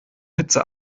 hitze